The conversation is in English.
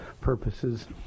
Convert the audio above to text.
purposes